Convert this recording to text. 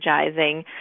energizing